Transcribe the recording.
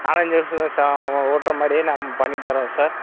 நாலஞ்சு வருஷம் தான் சார் ஓட்டுற மாதிரியே நம் பண்ணி தரோம் சார்